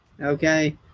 okay